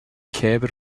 کبر